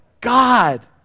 God